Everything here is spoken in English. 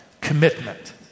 commitment